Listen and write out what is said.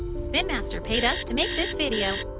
spin master paid us to make this video. oh!